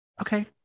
okay